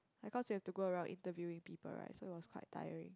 like cause you have to go around interviewing people right so it was quite tiring